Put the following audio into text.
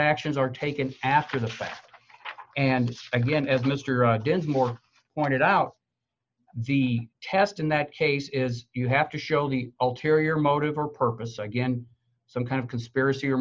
actions are taken after the fact and again as mr densmore pointed out the test in that case is you have to show the all terri or motive or purpose again some kind of conspiracy or